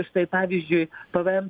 štai pavyzdžiui pvm